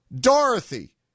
Dorothy